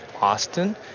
Austin